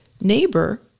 neighbor